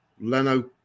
Leno